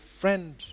friend